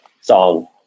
song